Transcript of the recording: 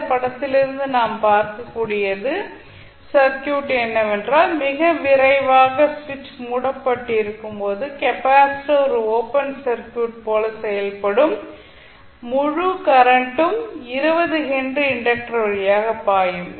இந்த படத்திலிருந்து நாம் பார்க்க கூடியது சர்க்யூட் என்னவென்றால் மிக விரைவாக சுவிட்ச் மூடப்பட்டிருக்கும் போது கெப்பாசிட்டர் ஒரு ஓபன் சர்க்யூட் போல செயல்படும் மற்றும் முழு கரண்டும் 20 ஹென்றி இண்டக்டர் வழியாக பாயும்